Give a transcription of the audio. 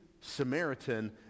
Samaritan